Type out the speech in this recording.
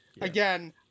again